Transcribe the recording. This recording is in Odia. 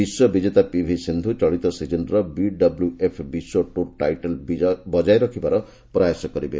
ବିଶ୍ୱ ବିଜେତା ପିଭି ସିନ୍ଧୁ ଚଳିତ ସିଜିନ୍ର ବିଡବ୍ଲୁଏଫ୍ ବିଶ୍ୱ ଟୁର୍ ଟାଇଟେଲ୍ ବଜାୟ ରଖିବାର ପ୍ରୟାସ କରିବେ